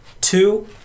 Two